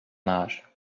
âge